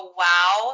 wow